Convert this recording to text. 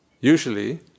Usually